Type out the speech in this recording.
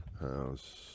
house